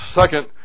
Second